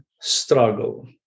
struggle